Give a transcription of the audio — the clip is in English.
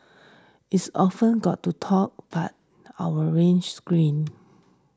it's often got to talk but our win screen